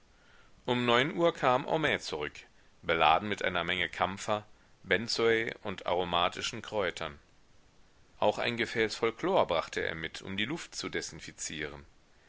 um neun uhr kam homais zurück beladen mit einer menge kampfer benzoe und aromatischen kräutern auch ein gefäß voll chlor brachte er mit um die luft zu desinfizieren